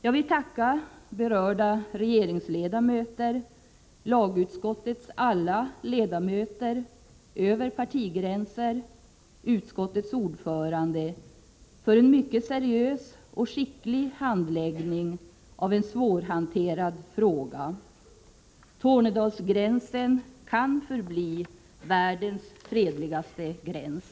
Jag vill tacka berörda regeringsledamöter, lagutskottets alla ledamöter — över partigränserna — och utskottets ordförande för en mycket seriös och skicklig handläggning av en svårhanterad fråga. Tornedalsgränsen kan förbli världens fredligaste gräns.